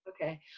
Okay